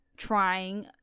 trying